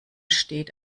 steht